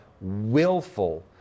willful